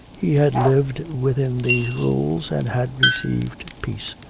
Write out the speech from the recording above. he had lived within these rules and had received peace.